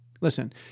listen